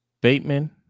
Bateman